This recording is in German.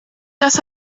das